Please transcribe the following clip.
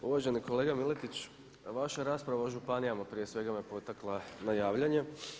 Uvaženi kolega Miletić, vaša rasprava o županijama prije svega me potakla na javljanje.